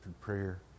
prayer